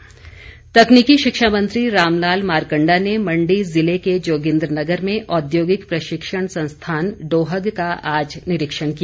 मारकंडा तकनीकी शिक्षा मंत्री रामलाल मारकंडा ने मंडी जिले के जोगिंद्रनगर में औद्योगिक प्रशिक्षण संस्थान डोहग का आज निरिक्षण किया